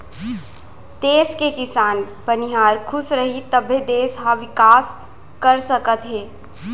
देस के किसान, बनिहार खुस रहीं तभे देस ह बिकास कर सकत हे